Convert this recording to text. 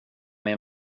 mig